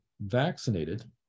vaccinated